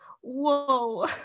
whoa